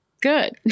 good